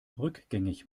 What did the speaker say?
rückgängig